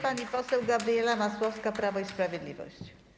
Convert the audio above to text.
Pani poseł Gabriela Masłowska, Prawo i Sprawiedliwość.